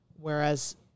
whereas